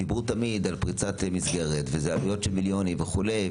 תמיד דיברו על פריצת מסגרת וכי אלה עלויות של מיליוני שקלים וכולי,